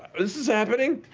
this is happening!